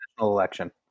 election